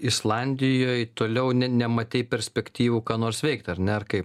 islandijoj toliau ne nematei perspektyvų ką nors veikti ar ne ar kaip